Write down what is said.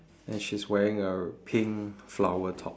and she's wearing a pink flower top